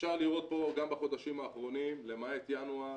אפשר לראות פה גם בחודשים האחרונים למעט ינואר,